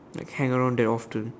like hang around that often